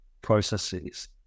processes